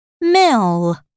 mill